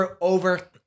Over